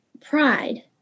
pride